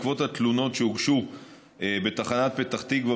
בעקבות התלונות שהוגשו בתחנת פתח תקווה